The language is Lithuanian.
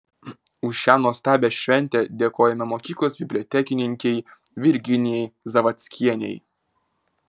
už šią nuostabią šventę dėkojame mokyklos bibliotekininkei virginijai zavadskienei